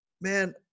man